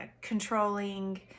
controlling